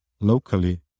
locally